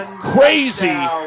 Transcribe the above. crazy